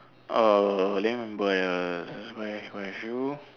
uh cannot remember lah